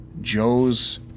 Joe's